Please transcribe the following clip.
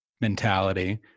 mentality